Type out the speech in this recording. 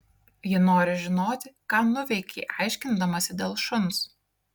ji nori žinoti ką nuveikei aiškindamasi dėl šuns